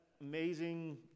amazing